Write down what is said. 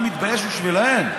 אני מתבייש בשבילם.